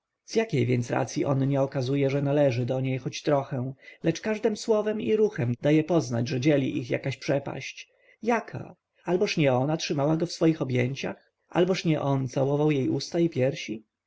jakiej więc racji on nie okazuje że należy do niej choć trochę lecz każdem słowem i ruchem daje poznać że dzieli ich jakaś przepaść jaka alboż nie ona trzymała go w swoich objęciach alboż nie on całował jej usta i piersi